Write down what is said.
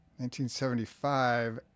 1975